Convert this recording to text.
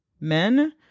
men